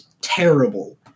terrible